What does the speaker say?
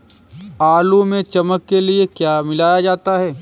आलू में चमक के लिए क्या मिलाया जाता है?